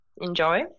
enjoy